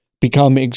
become